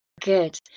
Good